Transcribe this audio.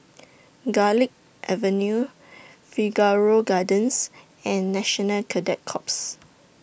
Garlick Avenue Figaro Gardens and National Cadet Corps